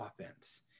offense